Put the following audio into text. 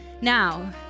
Now